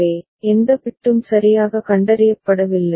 எனவே எந்த பிட்டும் சரியாக கண்டறியப்படவில்லை